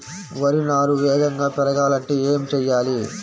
వరి నారు వేగంగా పెరగాలంటే ఏమి చెయ్యాలి?